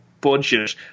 budget